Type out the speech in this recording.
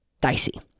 dicey